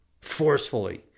forcefully